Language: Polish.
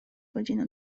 godzina